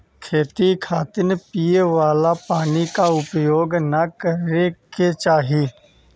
खेती खातिर पिए वाला पानी क उपयोग ना करे के चाही